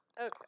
Okay